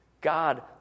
God